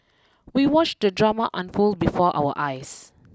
we watched the drama unfold before our eyes